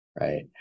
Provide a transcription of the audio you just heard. right